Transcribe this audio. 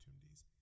opportunities